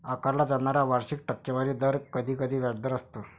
आकारला जाणारा वार्षिक टक्केवारी दर कधीकधी व्याजदर असतो